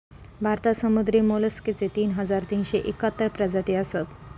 भारतात समुद्री मोलस्कचे तीन हजार तीनशे एकाहत्तर प्रजाती असत